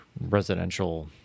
residential